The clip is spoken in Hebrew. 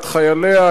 את חייליה,